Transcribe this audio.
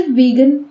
vegan